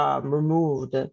removed